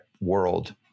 world